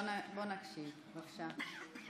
חבר הכנסת, בוא נקשיב, בבקשה.